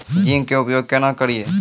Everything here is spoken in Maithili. जिंक के उपयोग केना करये?